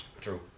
True